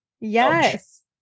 Yes